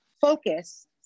focus